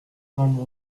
grande